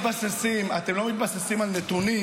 אתם לא מתבססים על נתונים,